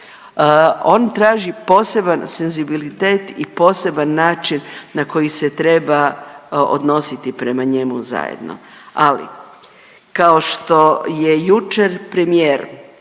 On traži poseban senzibilitet i poseban način na koji se treba odnositi prema njemu zajedno. Ali kao što je jučer premijer